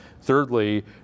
Thirdly